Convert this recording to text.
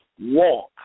walk